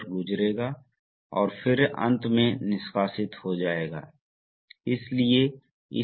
तो तीसरे उदाहरण में तीसरे उदाहरण में हमारे पास एक बहुत ही सामान्य सर्किट है जो एक पारस्परिक सर्किट है